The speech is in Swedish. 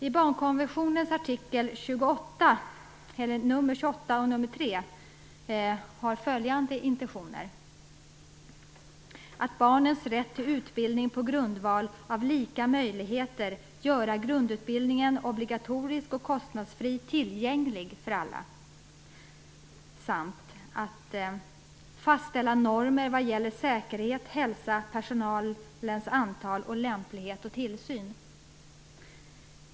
I barnkonventionens artiklar nr 28 och nr 3 anges intentioner om barnens rätt till utbildning på grundval av lika möjligheter, att grundutbildningen görs obligatorisk och kostnadsfritt tillgänglig för alla samt att normer fastställs vad gäller säkerhet och hälsa, personalens antal, lämplighet och tillsyn.